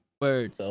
Word